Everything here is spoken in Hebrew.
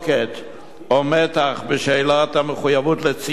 או מתח בשאלת המחויבות לציות לחוק",